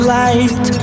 light